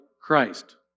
Christ